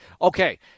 Okay